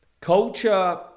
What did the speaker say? Culture